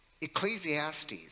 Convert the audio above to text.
ecclesiastes